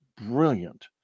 brilliant